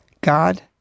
God